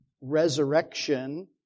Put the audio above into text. resurrection